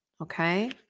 okay